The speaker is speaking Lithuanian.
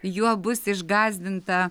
juo bus išgąsdinta